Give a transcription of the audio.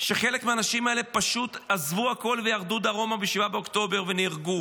כשחלק מהאנשים האלה עזבו הכול וירדו דרומה ב-7 באוקטובר ונהרגו,